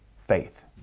faith